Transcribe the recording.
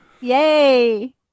Yay